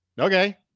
okay